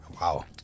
Wow